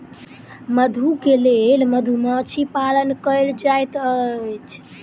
मधु के लेल मधुमाछी पालन कएल जाइत अछि